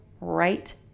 right